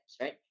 right